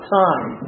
time